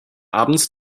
abends